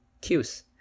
cues